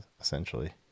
essentially